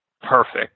perfect